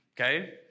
Okay